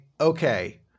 okay